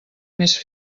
més